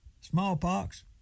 Smallpox